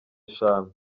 eshanu